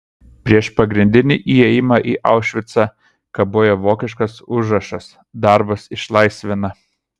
prieš pagrindinį įėjimą į aušvicą kabojo vokiškas užrašas darbas išlaisvina